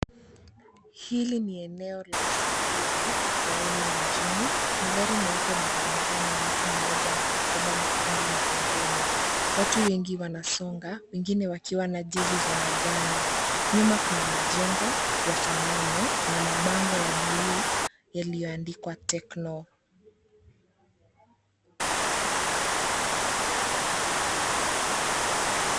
Hili ni eneo la usafiri wa umma mjini. Magari meupe barabarani, mtu mmoja na mkoba mwekundu mgongoni. Watu wengi wanasonga, wengine wakiwa na jezi za manjano. Nyuma kuna majengo ya sanamu, na mabango ya bluu, yaliyoandikwa Tecno.